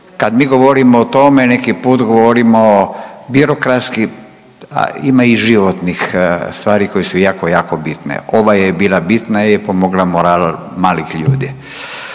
kad mi govorimo o tome neki put govorimo birokratski, a ima i životnih stvari koje su jako, jako bitne. Ova je bila bitna jer je pomogla moral malih ljudi,